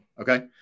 Okay